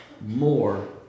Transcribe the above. more